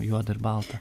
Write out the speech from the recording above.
juoda ir balta